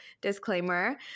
disclaimer